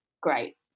great